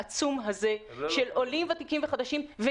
העצום הזה של עולים ותיקים וחדשים,